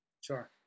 sure